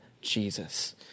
Jesus